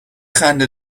خنده